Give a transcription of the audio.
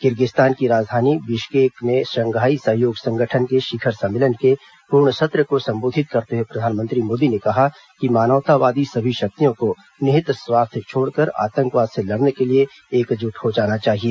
Kyrgyzstan की राजधानी Bishkek में शंघाई सहयोग संगठन के शिखर सम्मेलन के पूर्ण सत्र को संबोधित करते हुए प्रधानमंत्री मोदी ने कहा कि मानवतावादी सभी शक्तियों को निहित स्वार्थ छोड़कर आतंकवाद से लड़ने के लिए एकजुट हो जाना चाहिए